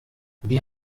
wie